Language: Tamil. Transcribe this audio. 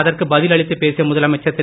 அதற்கு பதில் அளித்துப் பேசிய முதலமைச்சர் திரு